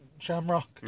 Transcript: shamrock